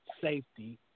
safety